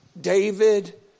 David